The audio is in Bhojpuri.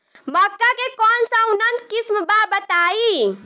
मक्का के कौन सा उन्नत किस्म बा बताई?